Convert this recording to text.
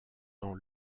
dans